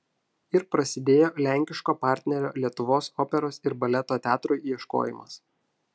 ir prasidėjo lenkiško partnerio lietuvos operos ir baleto teatrui ieškojimas